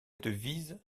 devise